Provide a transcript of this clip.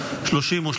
לא נתקבלה.